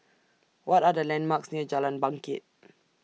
What Are The landmarks near Jalan Bangket